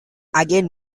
again